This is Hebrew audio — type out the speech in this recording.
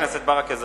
חבר הכנסת ברכה.